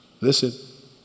listen